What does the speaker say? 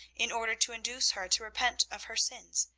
in order to induce her to repent of her sins,